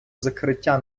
закриття